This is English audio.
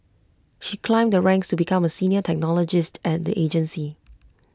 she climbed the ranks to become A senior technologist at the agency